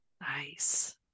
Nice